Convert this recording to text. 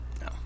No